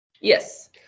Yes